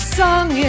song